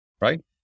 Right